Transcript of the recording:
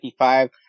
55